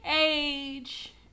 age